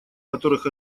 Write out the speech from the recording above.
которых